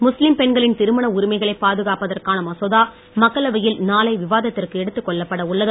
முஸ்லீம் பெண்களின் திருமண உரிமைகளை பாதுகாப்பதற்கான மசோதா மக்களவையில் நாளை விவாதத்திற்கு எடுத்துக் கொள்ளப்பட உள்ளது